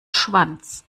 schwanz